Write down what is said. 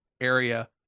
area